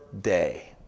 day